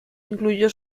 incluyó